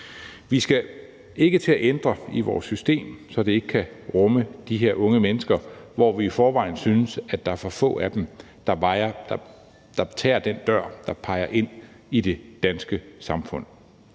Vi skal ikke til at ændre i vores system, så det ikke kan rumme de her unge mennesker, når vi i forvejen synes der er for få af dem, der tager den dør, der fører ind til det danske samfund.